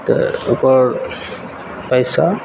तऽ ओकर पैसा